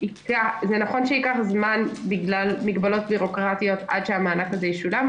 נכון שייקח זמן בגלל מגבלות ביורוקרטיות עד שהמענק הזה ישולם,